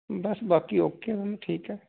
ਬਸ ਬਾਕੀ okay ma'am ਠੀਕ ਹੈ